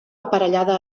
aparellada